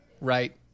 right